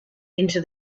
into